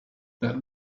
that